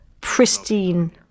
pristine